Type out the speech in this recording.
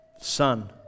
Son